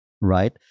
Right